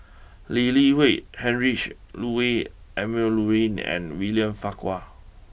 Lee Li Hui Heinrich Ludwig Emil Luering and William Farquhar